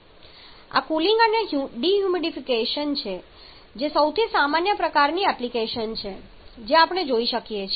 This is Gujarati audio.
આ કુલિંગ અને ડિહ્યુમિડિફિકેશન છે જે સૌથી સામાન્ય પ્રકારની એપ્લિકેશનછે જે આપણે જોઈ શકીએ છીએ